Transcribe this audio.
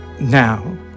now